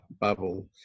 bubble